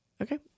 okay